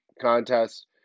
contest